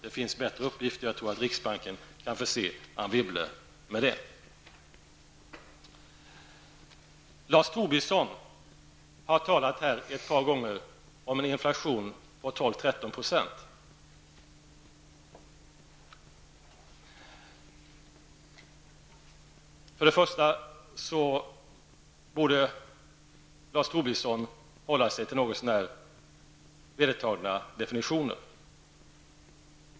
Det finns bättre uppgifter som jag tror riksbanken kan förse Anne Lars Tobisson har talat här ett par gånger om en inflation på 12--13 %. Lars Tobisson borde hålla sig till något så när vedertagna definitioner.